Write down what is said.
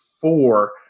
four